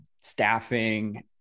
staffing